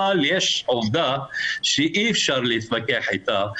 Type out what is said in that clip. אבל יש עובדה שאי אפשר להתווכח איתה,